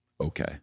okay